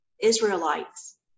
Israelites